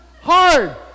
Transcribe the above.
hard